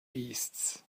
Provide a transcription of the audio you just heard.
beasts